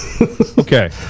Okay